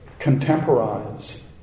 contemporize